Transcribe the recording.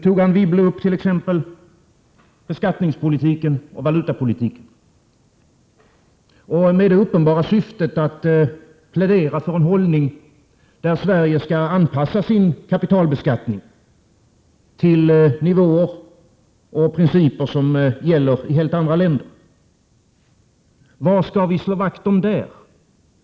Anne Wibble tog t.ex. upp beskattningspolitiken med det uppenbara syftet att plädera för en hållning där Sverige skall anpassa sin kapitalbeskattning till nivåer och principer som gäller i helt andra länder. Vad skall vi slå vakt om där?